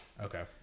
Okay